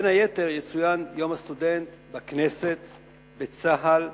בין היתר יצוין יום הסטודנט בכנסת, בצה"ל,